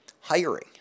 Hiring